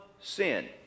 sin